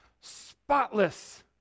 spotless